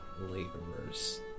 laborers